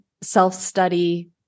self-study